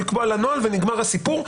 לקבוע נוהל ונגמר הסיפור,